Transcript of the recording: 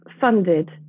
funded